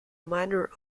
minor